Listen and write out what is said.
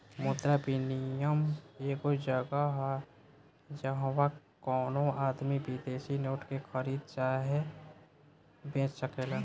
मुद्रा विनियम एगो जगह ह जाहवा कवनो आदमी विदेशी नोट के खरीद चाहे बेच सकेलेन